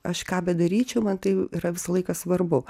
aš ką bedaryčiau man tai yra visą laiką svarbu